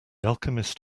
alchemist